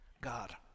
God